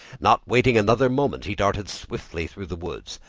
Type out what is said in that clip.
not waiting another moment, he darted swiftly through the woods,